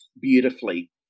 beautifully